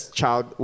child